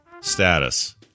status